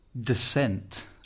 descent